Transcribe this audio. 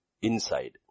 inside